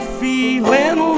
feeling